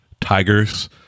tigers